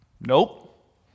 nope